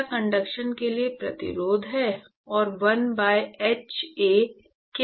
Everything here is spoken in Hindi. क्या कंडक्शन के लिए प्रतिरोध है और 1 by h A क्या है